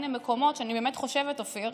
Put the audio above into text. הינה מקומות שאני באמת חושבת, אופיר,